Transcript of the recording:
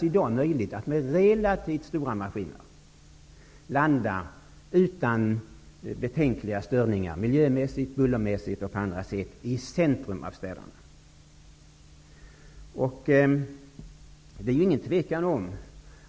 Det är i dag möjligt att landa med relativt stora maskiner i centrum av städerna utan betänkliga störningar miljömässigt, bullermässigt och på andra sätt. Det råder inget tvivel om